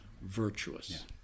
virtuous